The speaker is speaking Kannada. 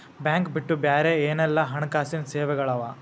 ಬ್ಯಾಂಕ್ ಬಿಟ್ಟು ಬ್ಯಾರೆ ಏನೆಲ್ಲಾ ಹಣ್ಕಾಸಿನ್ ಸೆವೆಗಳವ?